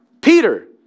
Peter